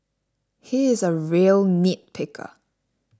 he is a real nitpicker